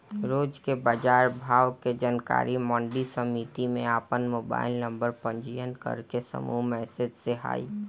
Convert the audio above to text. रोज के बाजार भाव के जानकारी मंडी समिति में आपन मोबाइल नंबर पंजीयन करके समूह मैसेज से होई?